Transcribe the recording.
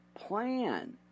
plan